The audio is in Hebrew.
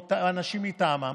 או אנשים מטעמם,